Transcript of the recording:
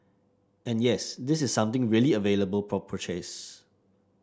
and yes this is something really available for purchase